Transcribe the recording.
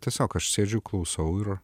tiesiog aš sėdžiu klausau ir